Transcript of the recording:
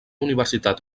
universitat